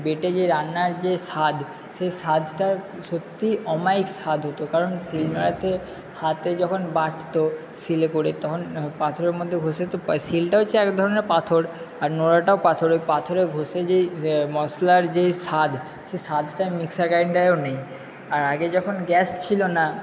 বেটে যে রান্নার যে স্বাদ সে স্বাদটা সত্যিই অমাইক স্বাদ হতো কারণ শিল নোড়াতে হাতে যখন বাটতো শিলে করে তখন পাথরের মধ্যে ঘষে তো শিলটা হচ্ছে এক ধরনের পাথর আর নোড়াটাও পাথর পাথরে মধ্যে ঘষে যেই মশলার যেই স্বাদ সেই স্বাদটা মিক্সার গ্রাইন্ডারেও নেই আর আগে যখন গ্যাস ছিল না